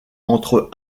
entre